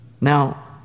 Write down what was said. Now